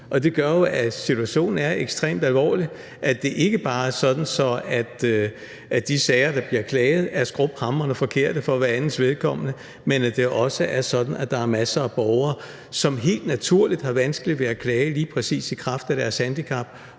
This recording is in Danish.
Det gør jo, at situationen er ekstremt alvorlig, for udover at afgørelserne i de sager, der bliver påklaget, for hver andens vedkommende er skruphamrende forkerte, så er det også sådan, at der er masser af borgere, som helt naturligt har vanskeligt ved at klage lige præcis i kraft af deres handicap,